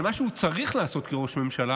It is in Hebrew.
אבל מה שהוא צריך לעשות כראש ממשלה